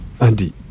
Andy